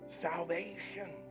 salvation